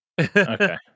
Okay